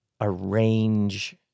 arrange